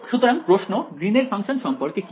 সুতরাং প্রশ্ন গ্রীন এর ফাংশন সম্পর্কে কি